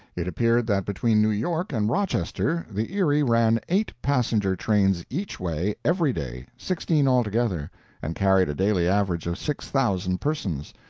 it appeared that between new york and rochester the erie ran eight passenger-trains each way every day sixteen altogether and carried a daily average of six thousand persons.